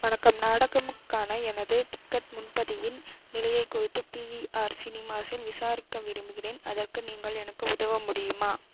வணக்கம் நாடகம்க்கான எனது டிக்கெட் முன்பதிவின் நிலையை குறித்து பிவிஆர் சினிமாஸில் விசாரிக்க விரும்புகிறேன் அதற்கு நீங்கள் எனக்கு உதவ முடியுமா